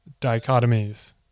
dichotomies